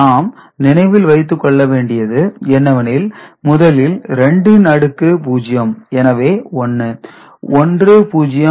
1012 1 x 23 0 x 22 1 x 21 0 x 20 1 x 2 1 0 x 2 2 1 x 2 310 8 2 0